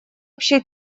общей